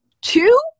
Two